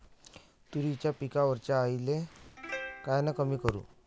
तुरीच्या पिकावरच्या अळीले कायनं कमी करू?